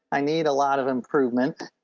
i need a lot of improvement.